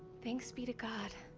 thanks be to god!